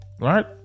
right